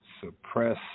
suppress